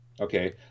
okay